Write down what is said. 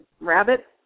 rabbit